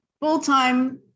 full-time